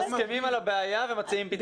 מסכימים על הבעיה ומציעים פתרון אחר.